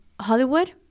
hollywood